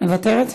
מוותרת?